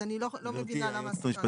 אז אני לא מבינה למה השיחה הזאת.